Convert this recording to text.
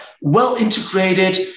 well-integrated